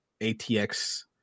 atx